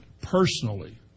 personally